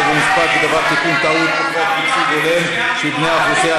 חוק ומשפט בדבר תיקון טעות בחוק ייצוג הולם של בני האוכלוסייה